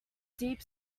deep